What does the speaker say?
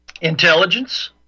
intelligence